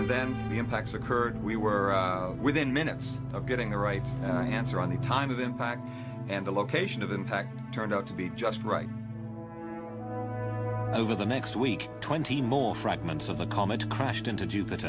and then the impacts occurred we were within minutes of getting the right answer on the time of impact and the location of impact turned out to be just right over the next week twenty more fragments of the comet crashed into jupiter